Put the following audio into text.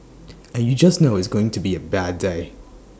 and you just know it's going to be A bad day